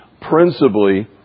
principally